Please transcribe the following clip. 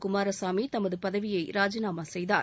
குமாரசாமி தனது பதவியை ராஜினாமா செய்தார்